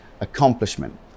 accomplishment